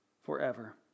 forever